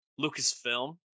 Lucasfilm